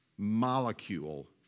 molecule